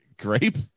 Grape